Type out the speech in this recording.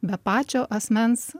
be pačio asmens